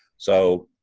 so,